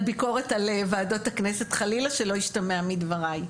ביקורת על ועדות הכנסת חלילה שלא ישתמע מדבריי,